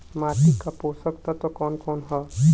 माटी क पोषक तत्व कवन कवन ह?